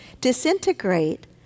disintegrate